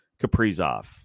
Kaprizov